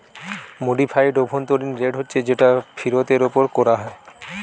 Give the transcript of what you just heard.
modified অভ্যন্তরীণ rate হচ্ছে যেটা ফিরতের উপর কোরা হয়